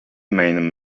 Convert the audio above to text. main